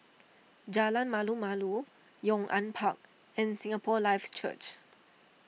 Jalan Malu Malu Yong An Park and Singapore Life Church